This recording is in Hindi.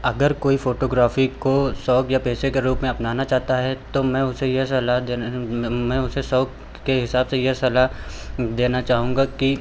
अगर कोई फ़ोटोग्राफ़ी को शौक या पेशे के रूप में अपनाना चाहता है तो मैं उसे यह सलाह देने मैं उसे शौक के हिसाब से यह सलाह देना चाहूँगा कि